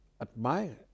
admire